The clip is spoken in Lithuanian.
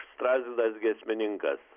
strazdas giesmininkas